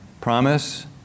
promise